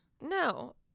no